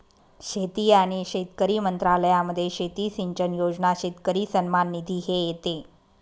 शेती आणि शेतकरी मंत्रालयामध्ये शेती सिंचन योजना, शेतकरी सन्मान निधी हे येते